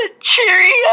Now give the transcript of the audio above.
cheerio